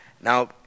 now